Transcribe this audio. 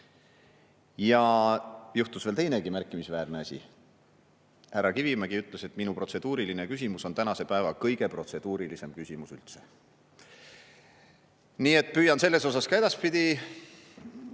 Ja juhtus veel teinegi märkimisväärne asi: härra Kivimägi ütles, et minu protseduuriline küsimus on tänase päeva kõige protseduurilisem küsimus üldse. Nii et püüan selles ka edaspidi